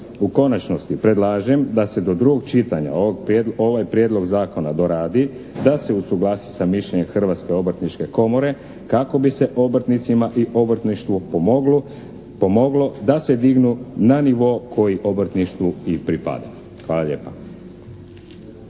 u konačnosti predlažem da se do drugog čitanja ovaj Prijedlog zakona doradi, da se usuglasi sa mišljenjem Hrvatske obrtničke komore kako bi se obrtnicima i obrtništvu pomoglo da se dignu na nivo koji obrtništvu i pripada. Hvala lijepa.